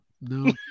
No